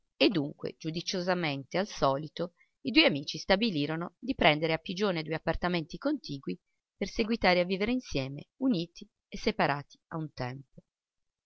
e dunque giudiziosamente al solito i due amici stabilirono di prendere a pigione due appartamenti contigui per seguitare a vivere insieme uniti e separati a un tempo